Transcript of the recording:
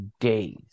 days